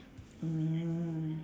mmhmm